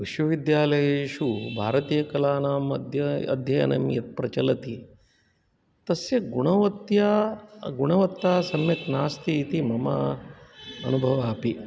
विश्वविद्यालयेषु भारतीयकलानाम् अध्यय अध्ययनं यत् प्रचलति तस्य गुणवत्या गुणवत्ता सम्यक् नास्ति इति मम अनुभवः अपि